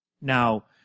Now